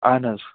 اہن حظ